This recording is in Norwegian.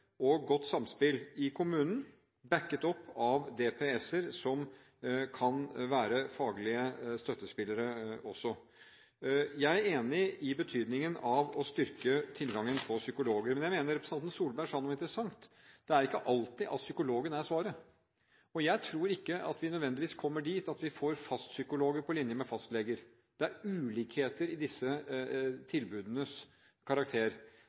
og godt samspill i kommunen bakket opp av DPS-er som også kan være faglige støttespillere. Jeg er enig i betydningen av å styrke tilgangen på psykologer, men jeg mener representanten Solberg sa noe interessant, nemlig at psykologen ikke alltid er svaret. Jeg tror ikke vi nødvendigvis kommer dit at vi får fastpsykologer på linje med fastleger. Det er ulikheter i disse tilbudenes karakter.